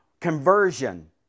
Conversion